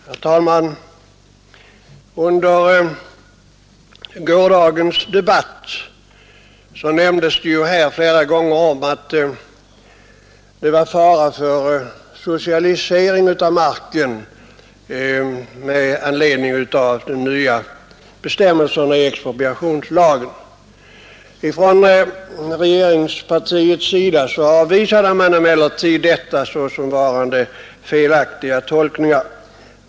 Herr talman! Under gårdagens debatt nämndes det här flera gånger att det var fara för socialisering av marken med anledning av de nya bestämmelserna i expropriationslagen. Från regeringspartiets sida avvisade man emellertid detta såsom varande felaktiga tolkningar.